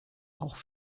auch